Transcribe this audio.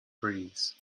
breeze